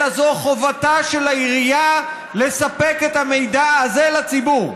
אלא זו חובתה של העירייה לספק את המידע הזה לציבור.